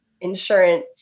insurance